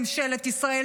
ממשלת ישראל,